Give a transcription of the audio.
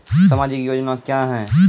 समाजिक योजना क्या हैं?